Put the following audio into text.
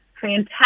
fantastic